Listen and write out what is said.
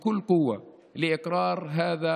עבדנו במהלך הימים האחרונים בכל הכוח לאישור החוק הזה,